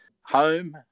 home